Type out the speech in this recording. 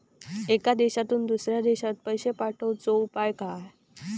एका देशातून दुसऱ्या देशात पैसे पाठवचे उपाय काय?